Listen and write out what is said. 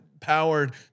powered